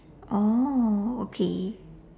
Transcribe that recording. oh okay